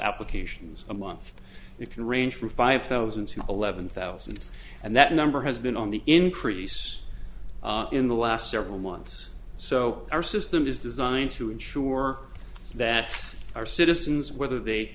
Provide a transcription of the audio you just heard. applications a month you can range from five thousand to eleven thousand and that number has been on the increase in the last several months so our system is designed to ensure that our citizens whether they